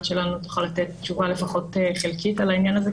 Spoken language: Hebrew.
שלנו תוכל לתת תשובה לפחות חלקית על העניין הזה.